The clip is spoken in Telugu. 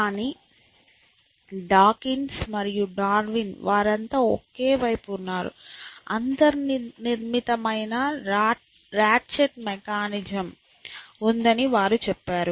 కానీ డాకిన్స్ మరియు డార్విన్ వారంతా ఒకే వైపు ఉన్నారు అంతర్నిర్మితమైన రాట్చెట్ మెకానిజం ఉందని వారు చెప్పారు